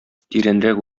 тирәнрәк